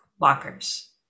lockers